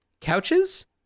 Couches